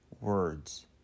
words